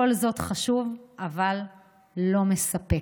כל זאת חשוב, אבל לא מספק.